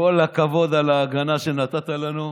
כל הכבוד על ההגנה שנתת לנו,